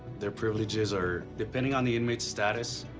their privileges are depending on the inmate status,